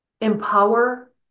empower